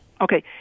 okay